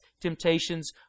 temptations